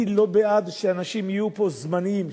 אני לא בעד שאנשים יהיו פה זמניים.